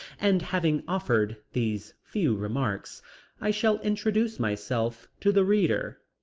and having offered these few remarks i shall introduce myself to the reader.